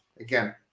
again